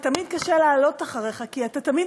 תמיד קשה לעלות אחריך כי אתה תמיד